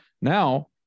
now